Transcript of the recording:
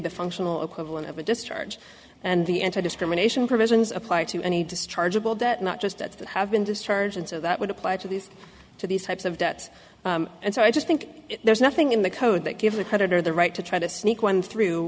the functional equivalent of a discharge and the anti discrimination provisions apply to any dischargeable debt not just that have been discharged and so that would apply to these to these types of debts and so i just think there's nothing in the code that gives the creditor the right to try to sneak one through